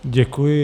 Děkuji.